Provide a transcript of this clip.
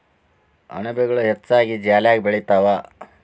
ಅಣಬೆಗಳು ಹೆಚ್ಚಾಗಿ ಜಾಲ್ಯಾಗ ಬೆಳಿತಾವ